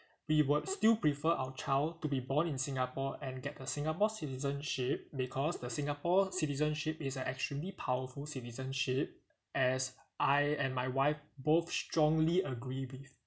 we will still prefer our child to be born in singapore and get a singapore citizenship because the singapore citizenship is an extremely powerful citizenship as I and my wife both strongly agree with